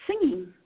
singing